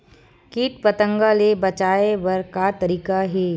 कीट पंतगा ले बचाय बर का तरीका हे?